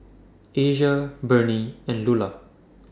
Asia Bernie and Lulah